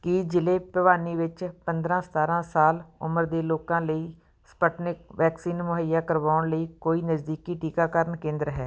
ਕੀ ਜ਼ਿਲ੍ਹੇ ਭਿਵਾਨੀ ਵਿੱਚ ਪੰਦਰ੍ਹਾਂ ਸਤਾਰ੍ਹਾਂ ਸਾਲ ਉਮਰ ਦੇ ਲੋਕਾਂ ਲਈ ਸਪੁਟਨਿਕ ਵੈਕਸੀਨ ਮੁਹੱਈਆ ਕਰਵਾਉਣ ਲਈ ਕੋਈ ਨਜ਼ਦੀਕੀ ਟੀਕਾਕਰਨ ਕੇਂਦਰ ਹੈ